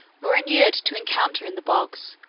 were inured to encounter in the bogs,